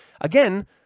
again